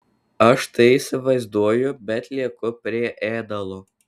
aš tai įsivaizduoju bet lieku prie ėdalo